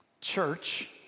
church